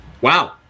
Wow